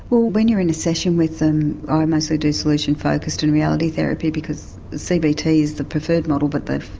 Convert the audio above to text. well when you're in a session with them ah i mostly do solution focused and reality therapy because cbt is the preferred model but they've.